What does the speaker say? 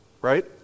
right